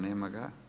Nema ga.